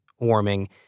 warming